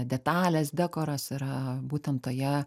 detalės dekoras yra būtent toje